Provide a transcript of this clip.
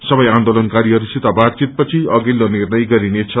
सबै आन्दोलाकारीहरूसित बातचितपछि अषिल्लो निर्णय गरिनेछ